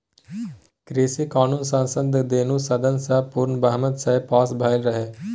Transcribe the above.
कृषि कानुन संसदक दुनु सदन सँ पुर्ण बहुमत सँ पास भेलै रहय